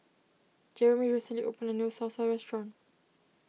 Jerimy recently opened a new Salsa restaurant